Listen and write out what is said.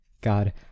God